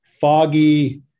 foggy